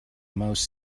most